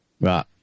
Right